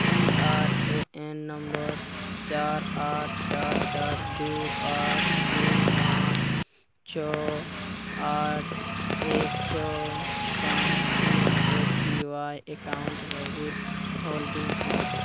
P R A N number ᱪᱟᱨ ᱟᱴ ᱪᱟᱨ ᱪᱟᱨ ᱫᱩ ᱟᱴ ᱛᱤᱱ ᱯᱟᱸᱪ ᱪᱷᱚ ᱟᱴ ᱮᱠ ᱪᱷᱚ ᱥᱟᱶ ᱤᱧᱟᱹᱜ ᱮ ᱯᱤ ᱳᱣᱟᱭ ᱮᱠᱟᱣᱩᱱᱴ ᱨᱮ ᱜᱩᱰ ᱦᱳᱞᱰᱤᱝ ᱛᱤᱱᱟᱹᱜ